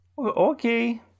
okay